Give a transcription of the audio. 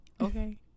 Okay